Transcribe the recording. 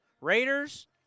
Raiders